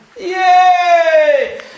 Yay